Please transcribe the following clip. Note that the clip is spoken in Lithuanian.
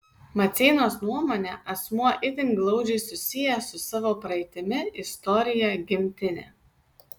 maceinos nuomone asmuo itin glaudžiai susijęs su savo praeitimi istorija gimtine